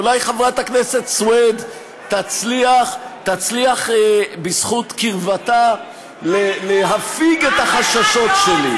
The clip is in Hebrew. אולי חברת הכנסת סויד תצליח בזכות קרבתה להפיג את החששות שלי.